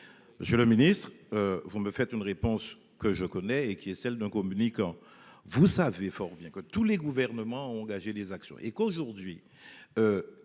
Monsieur le Ministre, vous me faites une réponse que je connais et qui est celle d'un communicant. Vous savez fort bien que tous les gouvernements ont engagé des actions et qu'aujourd'hui.